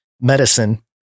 medicine